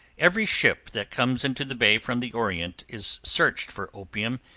every ship that comes into the bay from the orient is searched for opium,